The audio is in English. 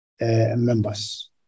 members